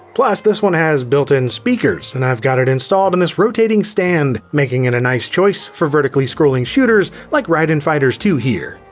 plus, this one has built-in speakers and i've got it installed on this rotating stand, making it a nice choice for vertically scrolling shooters like raiden fighters two here.